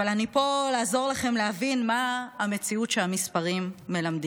אבל אני פה לעזור לכם להבין מה המציאות שעליה המספרים מלמדים.